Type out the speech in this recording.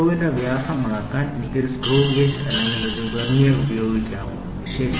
സ്ക്രൂവിന്റെ വ്യാസം അളക്കാൻ എനിക്ക് ഒരു സ്ക്രൂ ഗേജ് അല്ലെങ്കിൽ ഒരു വെർനിയർ ഉപയോഗിക്കാമോ ശരി